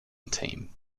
team